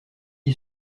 qui